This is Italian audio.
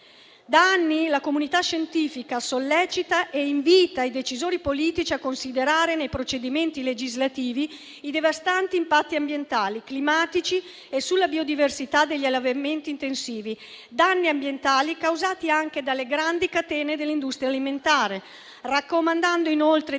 Da anni la comunità scientifica sollecita e invita i decisori politici a considerare, nei procedimenti legislativi, i devastanti impatti ambientali, climatici e sulla biodiversità, degli allevamenti intensivi (danni ambientali causati anche dalle grandi catene dell'industria alimentare), raccomandando inoltre di